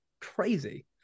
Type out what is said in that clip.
crazy